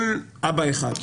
אין אבא אחד.